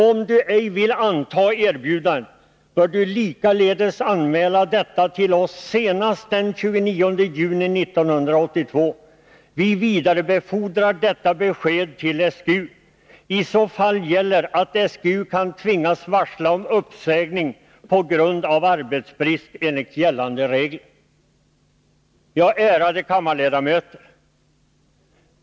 Om du ej vill anta erbjudandet bör du likaledes anmäla detta till oss senast den 29 juni 1982. Vi vidarebefordrar detta besked till SGU. I så fall gäller att SGU kan tvingas varsla om uppsägning på grund av arbetsbrist enligt gällande regler.” Ärade kammarledamöter!